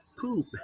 poop